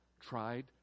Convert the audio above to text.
tried